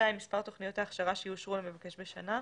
מספר תוכניות ההכשרה שיאושרו למבקש בשנה,